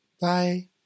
bye